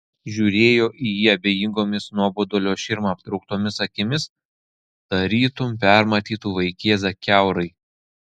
žiūrėjo į jį abejingomis nuobodulio širma aptrauktomis akimis tarytum permatytų vaikėzą kiaurai